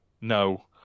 No